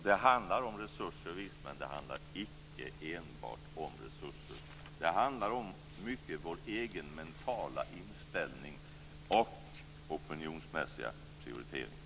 Det handlar om resurser, visst, men det handlar icke enbart om resurser. Det handlar mycket om vår egen mentala inställning och om opinionsmässiga prioriteringar.